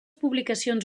publicacions